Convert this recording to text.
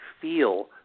feel